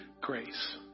grace